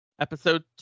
Episode